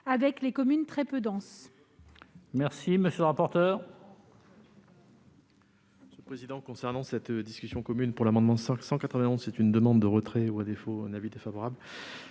mais les communes très peu denses.